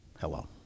hello